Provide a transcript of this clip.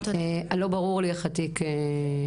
לא ברור לי איך התיק נסגר,